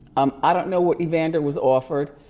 um i don't know what evander was offered.